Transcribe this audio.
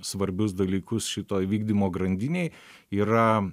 svarbius dalykus šitoj vykdymo grandinėj yra